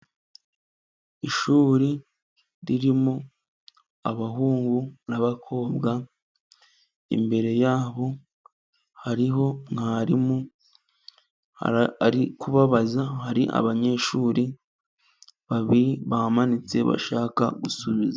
Ishuri ririmo abahungu n'abakobwa, imbere yabo hariho mwarimu ari kubabaza, hari abanyeshuri babiri bamanitse, bashaka gusubiza.